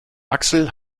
axel